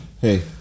Hey